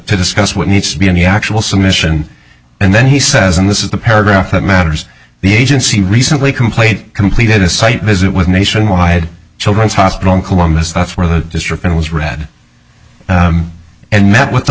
to discuss what needs to be on the actual submission and then he says and this is the paragraph that matters the agency recently completed completed a site visit with nationwide children's hospital in columbus that's where the district and was read and met with the